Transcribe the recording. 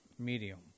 medium